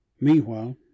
Meanwhile